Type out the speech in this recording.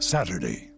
Saturday